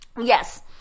Yes